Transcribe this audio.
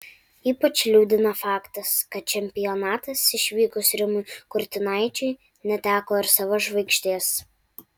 ypač liūdina faktas kad čempionatas išvykus rimui kurtinaičiui neteko ir savo žvaigždės